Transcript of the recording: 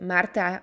Marta